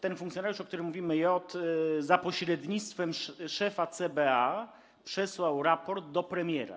Ten funkcjonariusz, o którym mówimy J., za pośrednictwem szefa CBA przesłał raport do premiera.